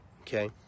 Okay